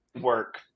work